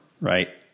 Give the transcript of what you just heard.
Right